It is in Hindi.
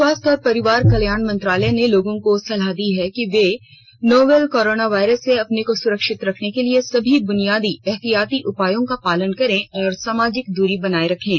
स्वास्थ्य और परिवार कल्याण मंत्रालय ने लोगों को सलाह दी है कि वे नोवल कोरोना वायरस से अपने को सुरक्षित रखने के लिए सभी बुनियादी एहतियाती उपायों का पालन करें और सामाजिक दूरी बनाए रखें